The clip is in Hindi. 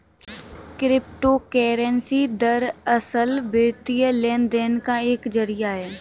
क्रिप्टो करेंसी दरअसल, वित्तीय लेन देन का एक जरिया है